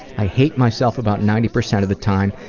i hate myself about ninety percent of the time,